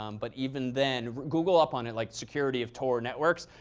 um but even then google up on it, like security of tor networks.